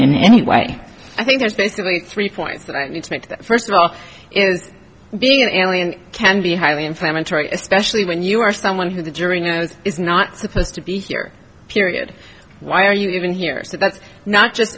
in any way i think there's basically three points that i need to make first of all is being and can be highly inflammatory especially when you are someone who the jury knows is not supposed to be here period why are you even here so that's not just